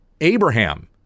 Abraham